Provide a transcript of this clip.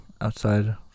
outside